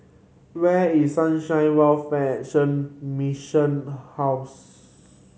where is Sunshine Welfare Action Mission House